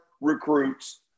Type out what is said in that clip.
recruits